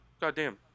Goddamn